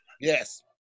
Yes